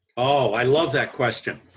oh i love that question.